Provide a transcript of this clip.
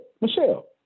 Michelle